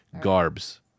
garbs